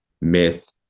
myth